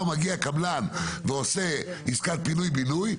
מגיע קבלן ועושה עסקת פינוי בינוי,